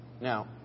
Now